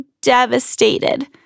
devastated